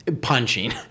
punching